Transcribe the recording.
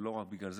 ולא רק בגלל זה,